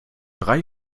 drei